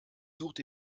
sucht